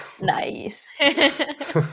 Nice